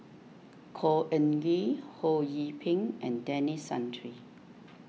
Khor Ean Ghee Ho Yee Ping and Denis Santry